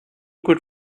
gut